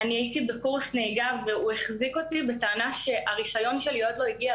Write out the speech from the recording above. הייתי בקורס נהיגה והוא החזיק אותי בטענה שהרישיון שלי עדיין לא הגיע,